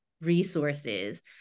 resources